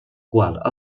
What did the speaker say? qual